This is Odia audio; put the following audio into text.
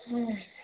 ହୁଁ